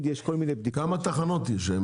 כמה תחנות יש?